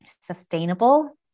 sustainable